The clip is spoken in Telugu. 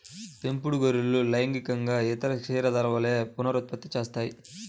పెంపుడు గొర్రెలు లైంగికంగా ఇతర క్షీరదాల వలె పునరుత్పత్తి చేస్తాయి